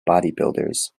bodybuilders